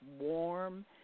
warm